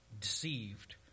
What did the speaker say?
deceived